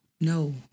No